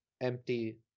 empty